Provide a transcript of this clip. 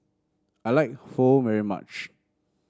I like Pho very much